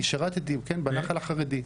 אני שירתי בנח"ל החרדי.